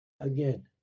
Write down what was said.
Again